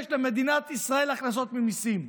יש למדינת ישראל הכנסות ממיסים.